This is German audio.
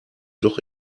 doch